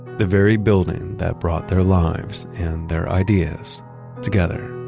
the very building that brought their lives and their ideas together